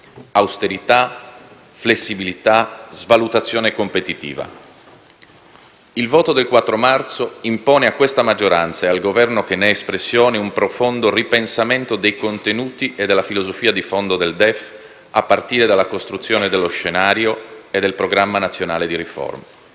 austerità, flessibilità, svalutazione competitiva. Il voto del 4 marzo impone a questa maggioranza e al Governo che ne è espressione un profondo ripensamento dei contenuti e della filosofia di fondo del DEF a partire dalla costruzione dello scenario e del programma nazionale di riforma.